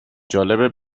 جالبه